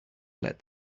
let